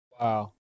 Wow